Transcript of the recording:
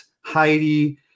Heidi